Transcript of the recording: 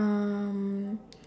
um